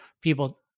people